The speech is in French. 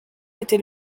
était